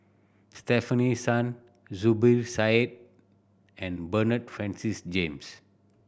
Stefanie Sun Zubir Said and Bernard Francis James